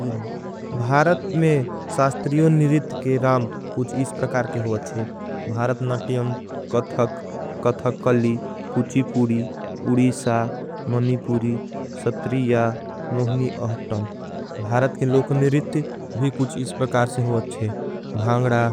भारत में सास्त्रियो निरित के राम कुछ इस प्रकार के हो अच्छे। भारत नाटियम, कथक, कथककली, कुछीपूरी, उडीशा। मनीपूरी, सत्रिया, मोहनी अहतम भारत के लोक निरित। भी कुछ इस प्रकार से हो अच्छे भारत